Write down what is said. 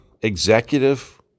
executive